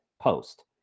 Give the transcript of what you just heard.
post